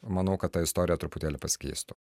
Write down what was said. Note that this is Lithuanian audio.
manau kad ta istorija truputėlį pasikeistų